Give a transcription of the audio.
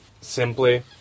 simply